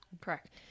Correct